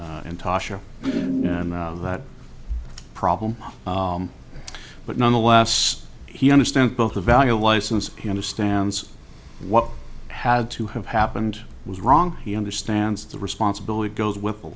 tosh that problem but nonetheless he understands both the value of license he understands what had to have happened was wrong he understands the responsibility goes whipple